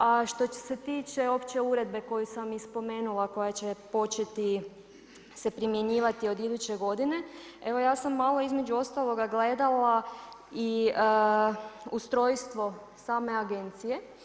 A što se tiče opće uredbe koju sam i spomenula koja će početi se primjenjivati od iduće godine, evo ja sam malo između ostaloga gledala i ustrojstvo same Agencije.